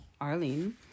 arlene